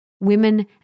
women